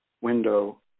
window